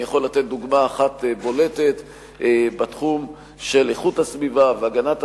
אני יכול לתת דוגמה אחת בולטת בתחום של איכות הסביבה והגנת הסביבה,